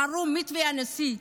קראו לזה מתווה הנשיא.